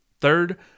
Third